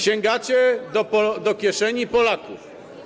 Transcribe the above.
Sięgacie do kieszeni Polaków.